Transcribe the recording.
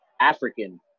African